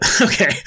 okay